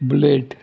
bullet